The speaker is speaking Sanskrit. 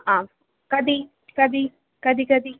आम् कति कति कति कति